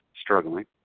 struggling